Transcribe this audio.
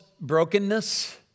brokenness